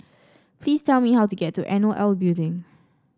please tell me how to get to N O L Building